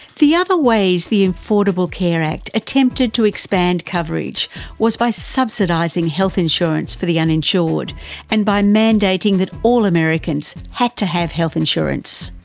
the other ways the affordable care act attempted to expand coverage was by subsidising health insurance for the uninsured and by mandating that all americans had to have health insurance.